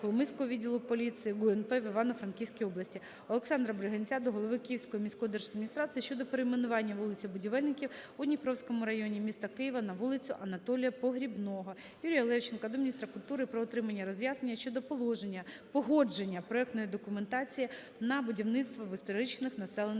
Коломийського відділу поліції ГУНП в Івано-Франківській області. Олександра Бригинця до голови Київської міської держадміністрації щодо перейменування вулиці Будівельників у Дніпровському районі міста Києва на вулицю Анатолія Погрібного. Юрія Левченка до міністра культури про отримання роз'яснення щодо погодження проектної документації на будівництво в історичних населених